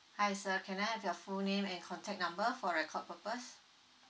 hi sir can I have your full name and contact number for record purpose